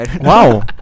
Wow